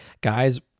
guys